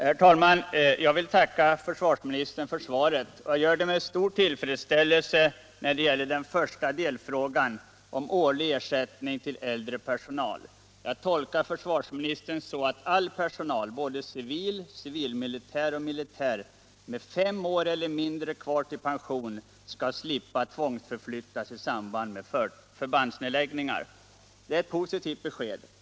Herr talman! Jag vill tacka försvarsministern för svaret. Jag gör det med stor tillfredsställelse när det gäller den första delfrågan om årlig ersättning till äldre personal. Jag tolkar försvarsministern så att all personal, både civil, civilmilitär och militär med fem år eller mindre kvar till pension, skall slippa tvångsförflyttas i samband med förbandsnedläggningar. Det är ett positivt besked.